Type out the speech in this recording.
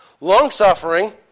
Long-suffering